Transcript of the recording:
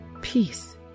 peace